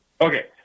okay